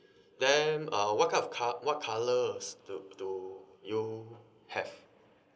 then uh what kind of co~ what colours do do you have